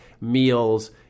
meals